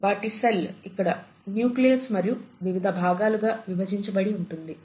వాటి సెల్ ఇక్కడ నూక్లియస్ మరియు వివిధ భాగాలుగా విభజించబడి ఉంటుంది